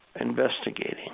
Investigating